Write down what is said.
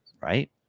right